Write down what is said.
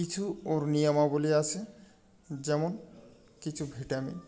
কিছু ওর নিয়মাবলী আসে যেমন কিছু ভিটামিন